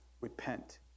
repent